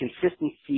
consistency